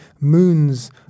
moons